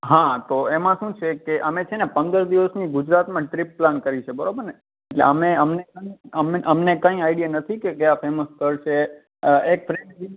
હા તો એમાં શું છે કે અમે છે ને પંદર દિવસની ગુજરાતમાં ટ્રીપ પ્લાન કરી છે બરોબર ને એટલે અમે અમને કાંઈ અમને કંઇ આઈડિયા નથી કે કયા ફેમસ સ્થળ છે અ એક ફ્રેન્ડે એ કહ્યું